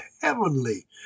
heavenly